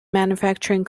manufacturing